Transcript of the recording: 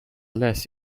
less